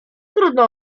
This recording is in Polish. trudno